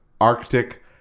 Arctic